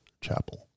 Chapel